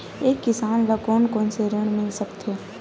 एक किसान ल कोन कोन से ऋण मिल सकथे?